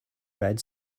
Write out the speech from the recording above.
red